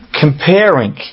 comparing